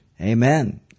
Amen